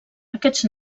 aquests